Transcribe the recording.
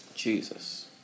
Jesus